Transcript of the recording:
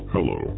Hello